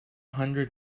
hundred